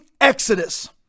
exodus